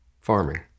farming